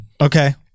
Okay